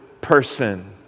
person